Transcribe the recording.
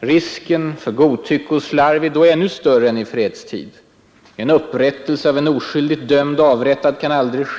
Risken för godtycke och slarv är då ännu större än i fredstid. En upprättelse av en oskyldigt dömd och avrättad kan aldrig ske.